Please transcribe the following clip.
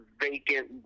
vacant